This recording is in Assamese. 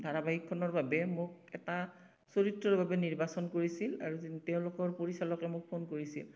ধাৰাবাহিকখনৰ বাবে মোক এটা চৰিত্ৰৰ বাবে নিৰ্বাচন কৰিছিল আৰু তেওঁলোকৰ পৰিচালকে মোক ফোন কৰিছিল